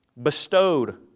Bestowed